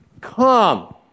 come